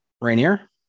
Rainier